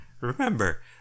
remember